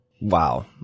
wow